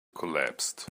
collapsed